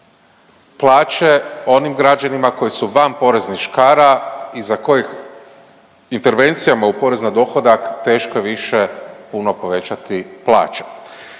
plaće onim građanima koji su van poreznih škara i za kojih intervencijama u porez na dohodak teško više puno povećati plaće.